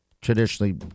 traditionally